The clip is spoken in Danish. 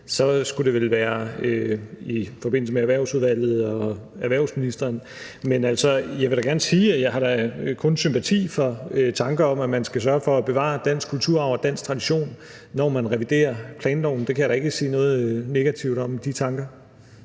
vel skulle være i forbindelse med Erhvervsudvalget og erhvervsministeren. Men jeg vil da gerne sige, at jeg kun har sympati for tanker om, at man skal sørge for at bevare dansk kulturarv og dansk tradition, når man reviderer planloven. Der kan jeg da ikke sige noget negativt om de tanker.